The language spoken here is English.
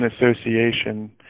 association